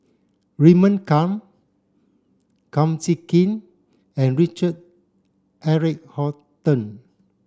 Raymond Kang Kum Chee Kin and Richard Eric Holttum